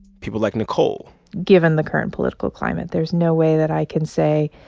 people like nicole given the current political climate, there's no way that i can say,